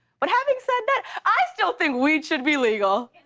but having said that, i still think weed should be legal.